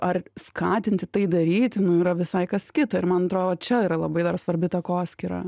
ar skatinti tai daryti nu yra visai kas kita ir man atrodo čia yra labai svarbi takoskyra